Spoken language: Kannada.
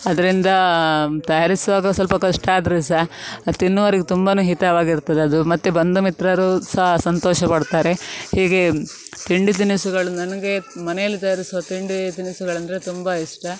ಅದ್ರಿಂದ ತಯಾರಿಸುವಾಗ ಸ್ವಲ್ಪ ಕಷ್ಟ ಆದರು ಸಹ ಅದು ತಿನ್ನುವವ್ರಿಗೆ ತುಂಬ ಹಿತವಾಗಿರ್ತದೆ ಅದು ಮತ್ತು ಬಂಧು ಮಿತ್ರರು ಸಹ ಸಂತೋಷಪಡ್ತಾರೆ ಹೀಗೆ ತಿಂಡಿ ತಿನಿಸುಗಳು ನನಗೆ ಮನೆಯಲ್ಲಿ ತಯಾರಿಸುವ ತಿಂಡಿ ತಿನಿಸುಗಳೆಂದ್ರೆ ತುಂಬ ಇಷ್ಟ